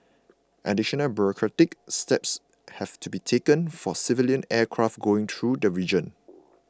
additional bureaucratic steps have to be taken for civilian aircraft going through the region